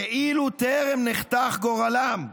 כאילו טרם נחתך גורלם.